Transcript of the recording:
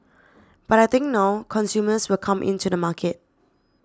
but I think now consumers will come in to the market